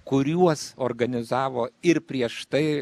kuriuos organizavo ir prieš tai